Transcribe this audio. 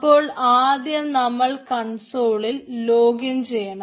അപ്പോൾ ആദ്യം നമ്മൾ കൺസോളിൽ ലോഗിൻ ചെയ്യണം